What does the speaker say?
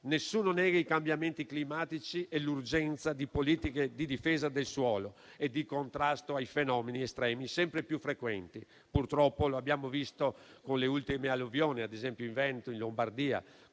Nessuno nega i cambiamenti climatici e l'urgenza di politiche di difesa del suolo e di contrasto ai fenomeni estremi sempre più frequenti. Purtroppo abbiamo visto con le ultime alluvioni, ad esempio in Veneto e in Lombardia,